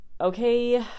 okay